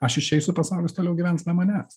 aš išeisiu pasaulis toliau gyvens ne manęs